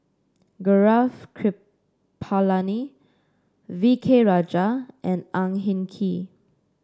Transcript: Gaurav Kripalani V K Rajah and Ang Hin Kee